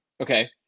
Okay